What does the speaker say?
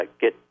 get